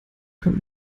kommt